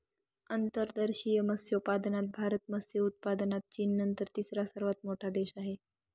अंतर्देशीय मत्स्योत्पादनात भारत मत्स्य उत्पादनात चीननंतर तिसरा सर्वात मोठा देश आहे